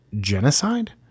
genocide